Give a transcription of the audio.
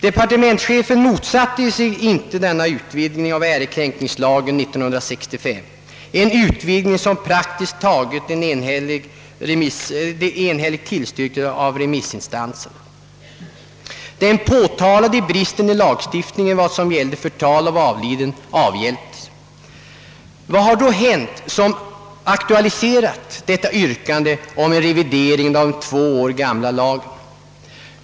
Departementschefen motsatte sig inte denna utvidgning av ärekränkningslagen av 1965, en utvidgning som praktiskt taget enhälligt tillstyrkts av remiss Vad har då hänt som aktualiserat detta yrkande om revidering av den två år gamla lagen?